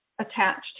attached